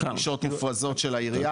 יש לנו שעות מופרזות של העיירה.